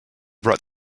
bought